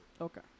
Okay